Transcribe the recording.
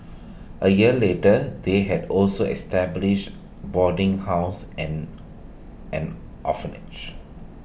A year later they had also established boarding house and an orphanage